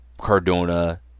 Cardona